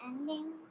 ending